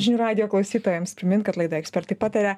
žinių radijo klausytojams primint kad laida ekspertai pataria